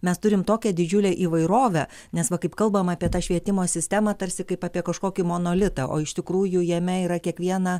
mes turim tokią didžiulę įvairovę nes va kaip kalbama apie tą švietimo sistemą tarsi kaip apie kažkokį monolitą o iš tikrųjų jame yra kiekviena